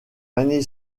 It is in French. l’année